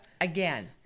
Again